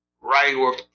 right